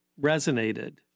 resonated